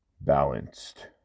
Balanced